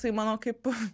tai manau kaip